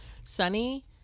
Sunny